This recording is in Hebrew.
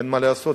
אין מה לעשות,